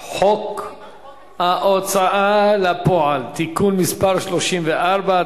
על הצעת חוק ההוצאה לפועל (תיקון מס' 34),